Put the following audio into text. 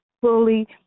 fully